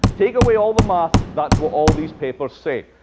take away all the math, that's what all these papers say.